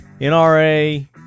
NRA